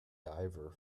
diver